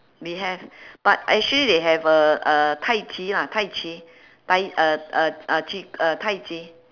they have but actually they have uh uh tai chi ah tai chi tai uh uh uh chi uh tai chi